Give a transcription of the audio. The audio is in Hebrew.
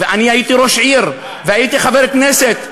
ואני הייתי ראש עיר והייתי חבר כנסת,